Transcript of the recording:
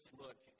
look